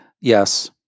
Yes